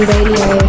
Radio